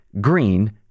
green